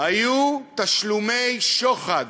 היו תשלומי שוחד